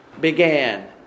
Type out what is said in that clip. began